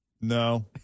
No